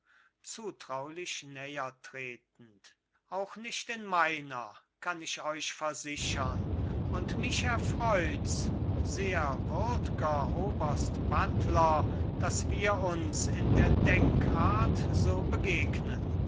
zutraulich näher tretend auch nicht in meiner kann ich euch versichern und mich erfreuts sehr würdger oberst buttler daß wir uns in der denkart so begegnen